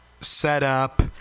setup